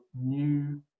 new